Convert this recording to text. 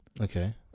okay